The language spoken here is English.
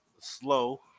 slow